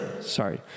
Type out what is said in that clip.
sorry